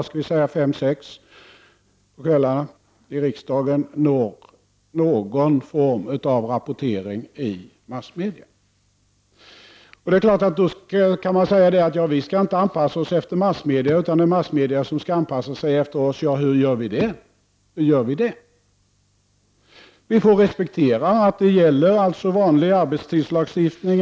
17 — 18 i riksdagen får någon form av rapportering i massmedia. Man kan då säga att vi inte skall anpassa oss efter massmedia utan att det är massmedia som skall anpassa sig efter oss. Ja, hur åstadkommer vi det? Vi får respektera att det inom massmedia numera gäller vanlig arbetstidslagstiftning.